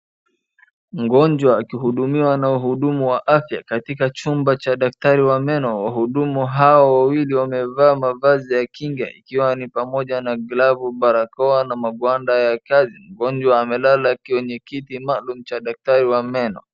Mgonjwa akihudumiwa na mhudumu wa afya katika chumba za daktari wa meno. Wahudumu hawa wawili wamevaa mavazi ya kinge ikiwa ni pamoja na glavu, barakoa na mabanda ya kazi. Mgonjwa amelala kwenye kiti maalum cha daktari wa meno.